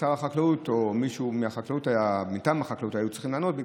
ששר החקלאות או מישהו מטעם החקלאות היו צריכים לענות.